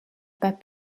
pas